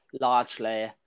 largely